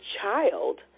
child